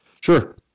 Sure